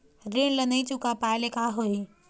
ऋण ला नई चुका पाय ले का होही?